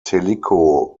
tellico